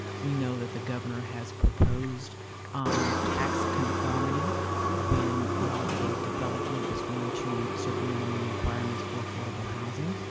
we know that the governor has proposed tax conformity when a development is going to meet certain minimum requirements for affordable housing